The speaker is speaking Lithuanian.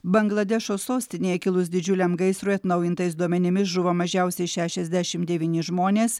bangladešo sostinėje kilus didžiuliam gaisrui atnaujintais duomenimis žuvo mažiausiai šešiasdešimt devyni žmonės